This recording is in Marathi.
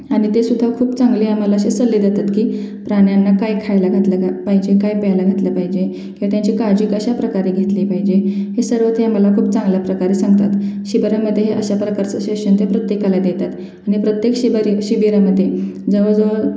आणि ते सुद्धा खूप चांगले आम्हाला असे सल्ले देतात की प्राण्यांना काय खायला घातलं का पाहिजे काय प्यायला घातलं पाहिजे किंवा त्यांची काळजी कशा प्रकारे घेतली पाहिजे हे सर्व ते आम्हाला खूप चांगल्या प्रकारे सांगतात शिबिरामध्ये हे अशा प्रकारचं शेशन ते प्रत्येकाला देतात आणि प्रत्येक शिबर शिबिरामध्ये जवळजवळ